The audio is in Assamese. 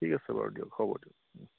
ঠিক আছে বাৰু দিয়ক হ'ব দিয়ক